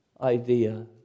idea